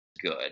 good